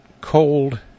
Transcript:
cold